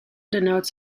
denotes